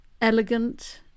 elegant